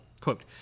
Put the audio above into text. Quote